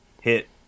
hit